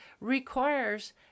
requires